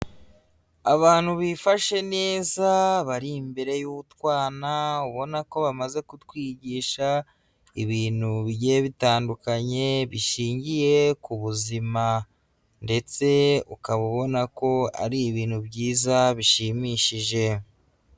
Abantu bifashe neza bari imbere y'utwana ubona ko bamaze kutwigisha ibintu bigiye bitandukanye bishingiye ku buzima, ndetse ukaba ubona ko ari ibintu byiza bishimishije.